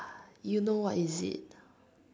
you know what is it